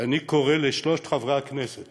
ואני קורא לשלושת חברי הכנסת